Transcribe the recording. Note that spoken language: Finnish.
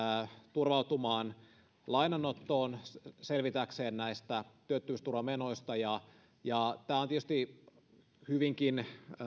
turvautumaan lainanottoon selvitäkseen näistä työttömyysturvamenoista tämä on tietysti hyvinkin